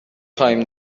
خوایم